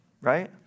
right